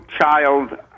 child